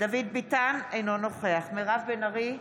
דוד ביטן, אינו נוכח מירב בן ארי,